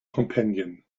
companion